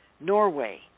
Norway